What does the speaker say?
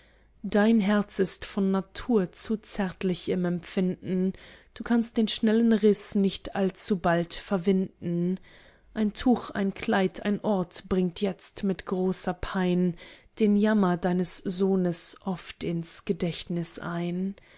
dein herz ist von natur zu zärtlich im empfinden du kannst den schnellen riß nicht allzu bald verwinden ein tuch ein kleid ein ort bringt jetzt mit großer pein den jammer deines sohns oft ins gedächtnis ein